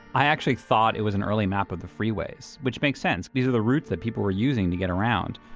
i actually thought it was an early map of the freeways. which makes sense, these are the routes that people were using to get around.